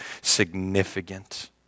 significant